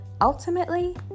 ultimately